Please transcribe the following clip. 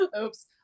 Oops